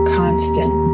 constant